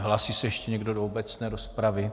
Hlásí se ještě někdo do obecné rozpravy?